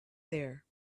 there